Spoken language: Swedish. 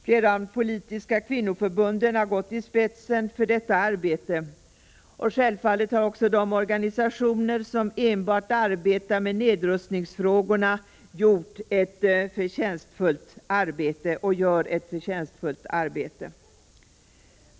Flera av de politiska kvinnoförbunden har gått i spetsen för detta arbete. Självfallet har också de organisationer som enbart arbetar med nedrustningsfrågorna gjort ett förtjänstfullt arbete och gör det fortfarande.